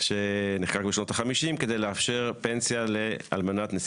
שנחקק בשנות ה-50 כדי לאפשר פנסיה לאלמנת נשיא